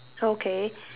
okay